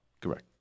Correct